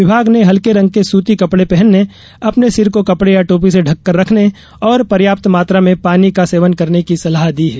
विभाग ने हल्के रंग के सूती रंग के कपड़े पहनने अपने सिर को कपड़े या टोपी से ढककर रखने और पर्याप्त मात्रा में पानी का सेवन करने की सलाह दी है